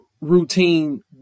routine